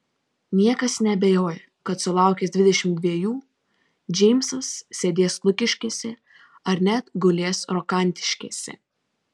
niekas neabejoja kad sulaukęs dvidešimt dvejų džeimsas sėdės lukiškėse ar net gulės rokantiškėse